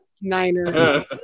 Niner